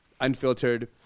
unfiltered